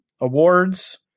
awards